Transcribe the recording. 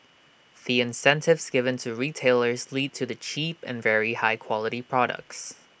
the incentives given to retailers lead to the cheap and very high quality products